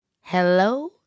hello